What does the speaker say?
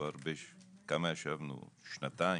שנתיים,